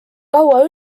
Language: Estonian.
kaua